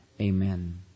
Amen